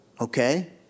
Okay